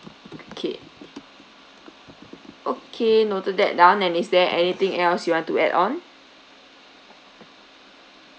okay okay noted that down and is there anything else you want to add on